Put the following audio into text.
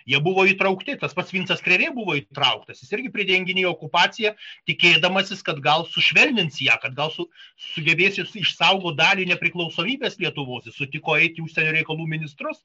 jie buvo įtraukti tas pats vincas krėvė buvo įtrauktasjis irgi pridenginėjo okupaciją tikėdamasis kad gal sušvelnins ją kad gal su sugebės išsaugot dalį nepriklausomybės lietuvos jis sutiko eit į užsienio reikalų ministrus